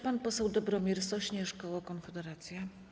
Pan poseł Dobromir Sośnierz, koło Konfederacja.